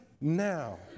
now